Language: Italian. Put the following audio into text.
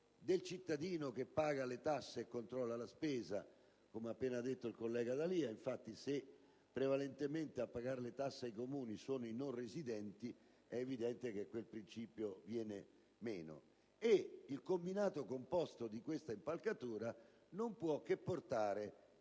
del cittadino che paga le tasse e controlla la spesa, come ha appena detto il collega D'Alia (infatti, se a pagare le tasse ai Comuni sono prevalentemente i non residenti, è evidente che quel principio viene meno). Il combinato disposto di tale impalcatura non può che portare